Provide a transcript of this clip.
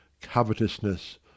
covetousness